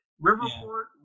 Riverport